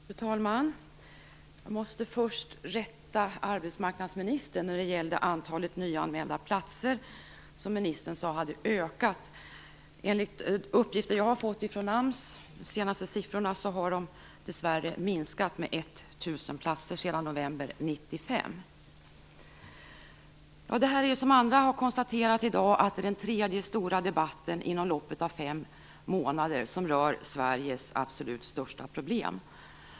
Fru talman! Jag måste först rätta arbetsmarknadsministern när det gäller antalet nyanmälda platser som ministern sade hade ökat. Enligt uppgifter jag har fått från AMS visar de senaste siffrorna att de dessvärre har minskat med 1 000 platser sedan november Det här är, som andra har konstaterat, den tredje stora debatten inom loppet av fem månader som rör Sveriges absolut största problem.